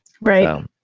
Right